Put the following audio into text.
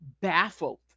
baffled